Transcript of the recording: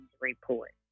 report